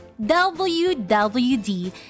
WWD